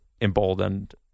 emboldened